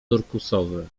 turkusowy